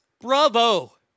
Bravo